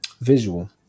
Visual